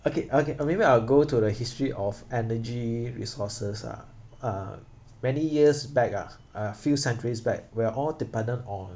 okay okay maybe I will go to the history of energy resources ah uh many years back ah uh few centuries back we're all dependent on